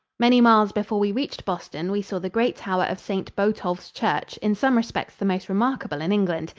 many miles before we reached boston we saw the great tower of st. botolph's church, in some respects the most remarkable in england.